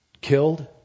killed